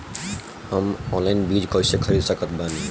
हम ऑनलाइन बीज कइसे खरीद सकत बानी?